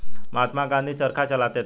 महात्मा गांधी चरखा चलाते थे